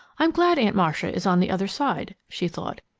i'm glad aunt marcia is on the other side, she thought.